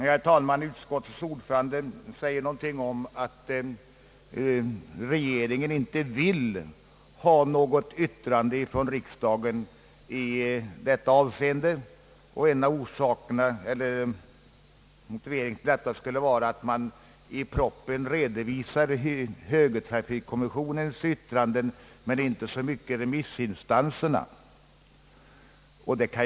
Herr talman! Utskottets ordförande sade någonting om att regeringen inte vill ha ett yttrande från riksdagen i detta avseende. Motiveringen skulle vara att man i propositionen redovisar högertrafikkommissionens yttrande men inte remissinstansernas i samma utsträckning.